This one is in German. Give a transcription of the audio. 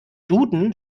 duden